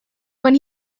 when